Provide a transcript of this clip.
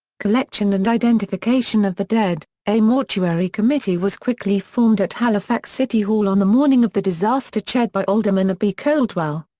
collection and identification of the dead a mortuary committee was quickly formed at halifax city hall on the morning of the disaster chaired by alderman r. b. coldwell.